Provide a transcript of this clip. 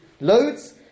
loads